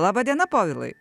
laba diena povilai